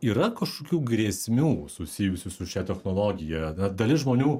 yra kažkokių grėsmių susijusių su šia technologija na dalis žmonių